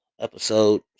episode